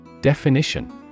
Definition